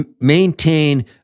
maintain